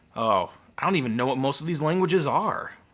oh. i don't even know what most of these languages are.